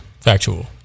factual